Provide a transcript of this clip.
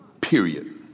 period